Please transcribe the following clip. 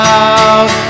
out